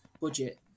budget